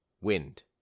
wind